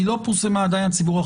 היא לא פורסמה עדיין לציבור.